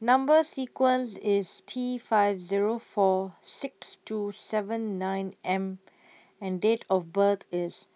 Number sequence IS T five Zero four six two seven nine M and Date of birth IS